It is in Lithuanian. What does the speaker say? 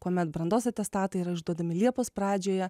kuomet brandos atestatai yra išduodami liepos pradžioje